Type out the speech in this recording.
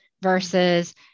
versus